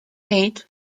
eight